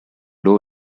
low